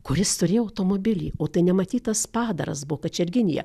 kuris turėjo automobilį o tai nematytas padaras buvo kačerginėje